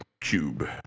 cube